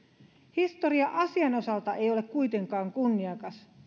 historia asian osalta ei ole kuitenkaan kunniakas